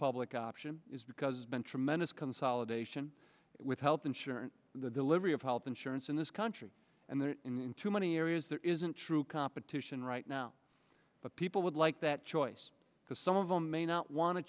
public option is because been tremendous consolidation with health insurance the delivery of health insurance in this country and then in too many areas there isn't true competition right now but people would like that choice because some of them may not want to